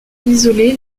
isolée